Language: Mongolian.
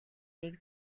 нэг